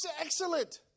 excellent